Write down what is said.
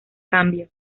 cambio